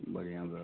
बढ़िआँ व्यवस्था